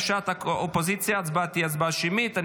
בקשת האופוזיציה, ההצבעה תהיה הצבעה שמית.